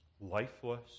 lifeless